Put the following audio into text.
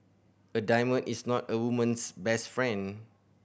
a diamond is not a woman's best friend